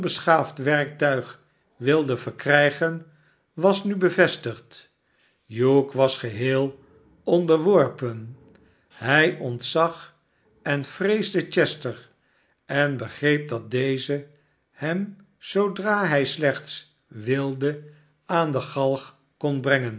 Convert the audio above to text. onbeschaafd werktuig wilde verkrijgen was nu bevestigd hugh was geheel onderworpen hij ontzag en vreesde chester en begreep dat deze hem zoodra hij slechts wilde aan de galg kon brengen